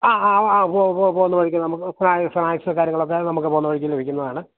ആ ആ ആ പോകുന്ന വഴിക്ക് നമുക്ക് സ്നാക്സും കാര്യങ്ങളൊക്കെ നമുക്കു പോകുന്ന വഴിക്കു ലഭിക്കുന്നതാണ്